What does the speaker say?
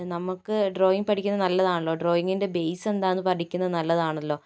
നമുക്ക് ഡ്രോയിങ് പഠിക്കുന്ന നല്ലതാണല്ലോ ഡ്രോയിങിൻ്റെ ബെയിസെന്താണെന്ന് പഠിക്കുന്നത് നല്ലതാണല്ലോ